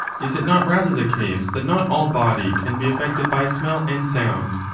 is it not rather the case that not all body can be affected by smell and sound,